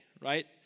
right